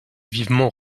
vivement